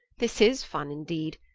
this is fun indeed!